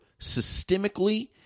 Systemically